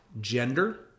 gender